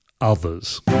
Others